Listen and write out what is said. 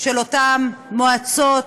של אותן מועצות,